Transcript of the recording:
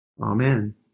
Amen